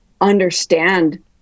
understand